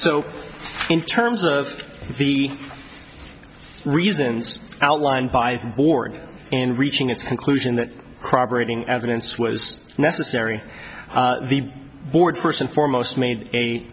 so in terms of the reasons outlined by the board in reaching its conclusion that crowd rating evidence was necessary the board first and foremost made a